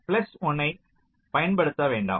இந்த பிளஸ் 1 ஐ பயன்படுத்த வேண்டாம்